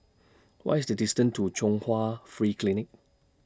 What IS The distance to Chung Hwa Free Clinic